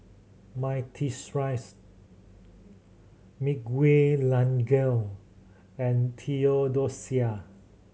Myrtice Miguelangel and Theodosia